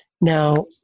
Now